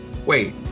Wait